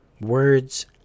words